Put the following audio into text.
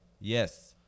Yes